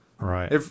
Right